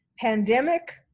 Pandemic